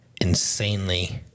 insanely